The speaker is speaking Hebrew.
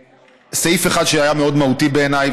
סעיף אחד שהיה מאוד מהותי בעיניי,